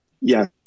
Yes